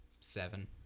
Seven